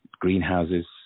Greenhouses